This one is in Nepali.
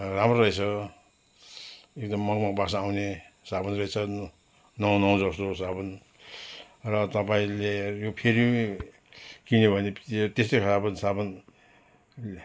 राम्रो रहेछ एकदम मगमग बास्ना आउने साबुन रहेछ न नुहाउ नुहाउ जस्तो साबुन र तपाईँले यो फेरि किन्यो भने त्यो त्यस्तै अब साबुन